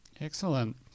Excellent